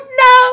no